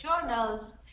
journals